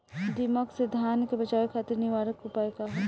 दिमक से धान के बचावे खातिर निवारक उपाय का ह?